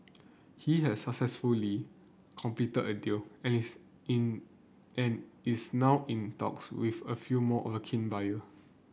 he has successfully completed a deal and is it and is now in talks with a few more keen buyers